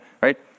right